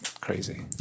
crazy